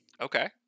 Okay